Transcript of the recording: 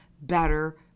better